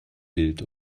wild